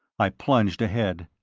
i plunged ahead,